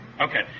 Okay